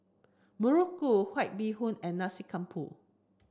Muruku White Bee Hoon and Nasi Campur